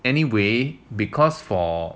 anyway because for